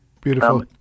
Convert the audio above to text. Beautiful